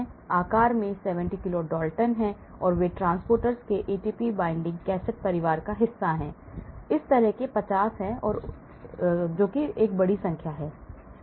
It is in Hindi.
वे आकार में 70 किलो डाल्टन हैं वे ट्रांसपोर्टरों के ATP binding कैसेट परिवार का हिस्सा हैं उनमें से 50 हैं उनमें से बड़ी संख्या में जैसा कि आप देख सकते हैं